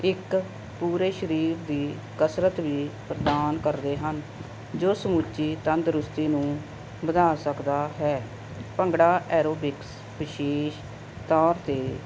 ਇੱਕ ਪੂਰੇ ਸਰੀਰ ਦੀ ਕਸਰਤ ਵੀ ਪ੍ਰਦਾਨ ਕਰਦੇ ਹਨ ਜੋ ਸਮੁੱਚੀ ਤੰਦਰੁਸਤੀ ਨੂੰ ਵਧਾ ਸਕਦਾ ਹੈ ਭੰਗੜਾ ਐਰੋਬਿਕਸ ਵਿਸ਼ੇਸ਼ ਤੌਰ 'ਤੇ